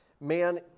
Man